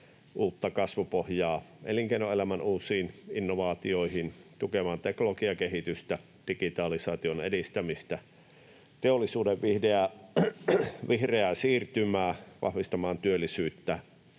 uutta kasvupohjaa elinkeinoelämän uusiin innovaatioihin, tukemaan teknologiakehitystä, digitalisaation edistämistä, teollisuuden vihreää siirtymää, vahvistamaan työllisyyttä